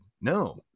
No